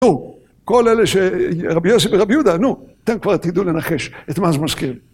נו, כל אלה שרבי יוסי ורבי יהודה, נו, אתם כבר תדעו לנחש את מה זה מזכיר.